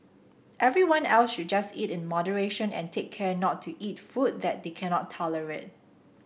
everyone else should just eat in moderation and take care not to eat food that they cannot tolerate